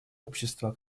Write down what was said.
общества